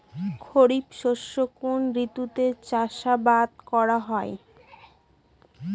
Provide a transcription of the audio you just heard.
খরিফ শস্য কোন ঋতুতে চাষাবাদ করা হয়?